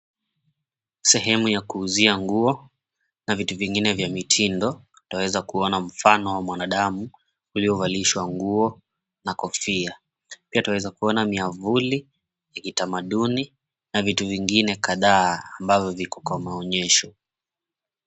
Sehemu ya kuuzia nguo na vitu vingine vya mitindo. Twaweza kuona mfano wa mwanadamu uliovalishwa nguo na kofia. Pia twaweza kuona myavuli ya kitamaduni na vitu vingine kadhaa ambavyo viko kwa maonyesho.